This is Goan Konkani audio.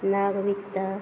नाग विकता